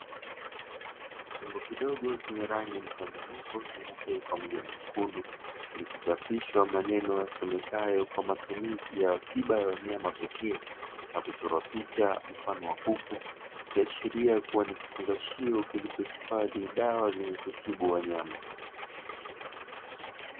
Chombo kidogo chenye rangi mchanganyiko nyeupe pamoja na nyekundu, kilichochapishwa maneno yasomekayo "kwa matumizi tiba ya wanyama pekee".Na kuchorwa picha mfano wa kuku iKiashiria kuwa ni kifungashio kilichohifadhi dawa zenye kutibu wanyama.